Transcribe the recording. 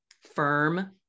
Firm